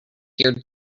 hear